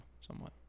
somewhat